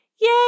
Yay